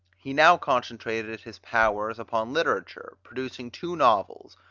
he now concentrated his powers upon literature, producing two novels,